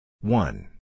One